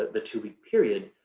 the two-week period,